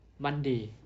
monday